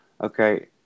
Okay